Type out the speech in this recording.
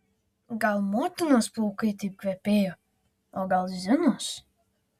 gal motinos plaukai taip kvepėjo o gal zinos